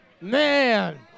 Man